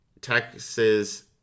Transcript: Texas